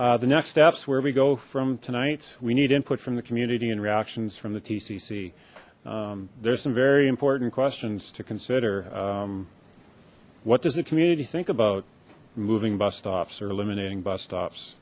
the next steps where we go from tonight we need input from the community and reactions from the tcc there's some very important questions to consider what does the community think about moving bus stops or eliminating bus stops